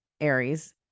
Aries